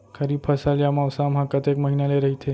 खरीफ फसल या मौसम हा कतेक महिना ले रहिथे?